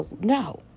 no